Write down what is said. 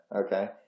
Okay